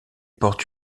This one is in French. porte